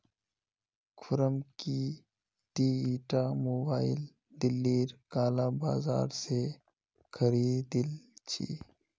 खुर्रम की ती ईटा मोबाइल दिल्लीर काला बाजार स खरीदिल छि